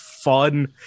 fun